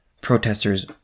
protesters